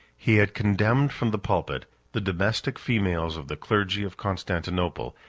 he had condemned, from the pulpit, the domestic females of the clergy of constantinople,